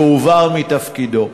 יועבר מתפקידו.